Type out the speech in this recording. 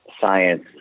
science